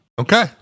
Okay